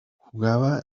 jugaba